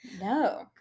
No